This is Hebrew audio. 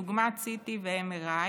דוגמת CT ו-MRI,